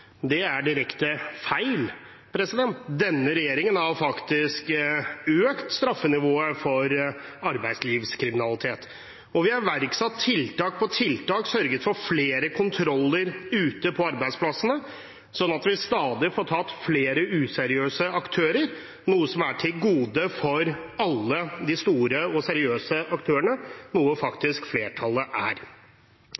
Det er direkte feil. Denne regjeringen har økt straffenivået for arbeidslivskriminalitet, og vi har iverksatt tiltak på tiltak og sørget for flere kontroller ute på arbeidsplassene, slik at vi stadig får tatt flere useriøse aktører, noe som er til gode for alle de store og seriøse aktørene, noe